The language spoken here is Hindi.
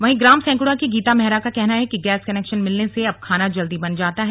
वहीं ग्राम सैंक्ड़ा की गीता मेहरा का कहना है कि गैस कनेक्शन मिलने से अब खाना जल्दी बन जाता है